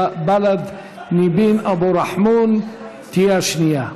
בל"ד, ניבין אבו רחמון תהיה השנייה.